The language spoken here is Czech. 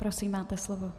Prosím, máte slovo.